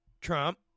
Trump